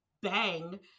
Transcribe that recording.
bang